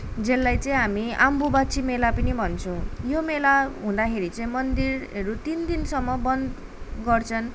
जसलाई चाहिँ हामी आम्बुबाची मेला पनि भन्छौँ यो मेला हुँदाखेरि चाहिँ मन्दिरहरू तिन दिनसम्म बन्द गर्छन्